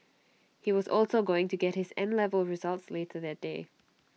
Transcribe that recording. he was also going to get his N level results later that day